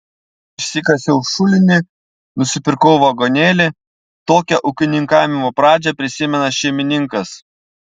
išsikasiau šulinį nusipirkau vagonėlį tokią ūkininkavimo pradžią prisimena šeimininkas